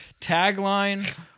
Tagline